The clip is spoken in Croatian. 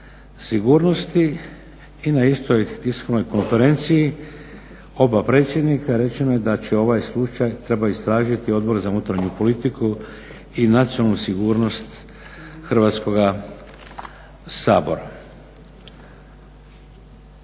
sigurnosti i na istoj tiskovnoj konferenciji oba predsjednika rečeno je da će ovaj slučaj treba istražiti Odbor za unutarnju politiku i nacionalnu sigurnost Hrvatskoga sabora.